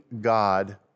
God